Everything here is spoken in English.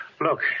Look